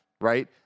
right